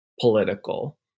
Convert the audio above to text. political